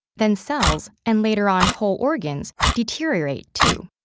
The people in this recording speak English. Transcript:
then cells and, later on, whole organs, deteriorate, too.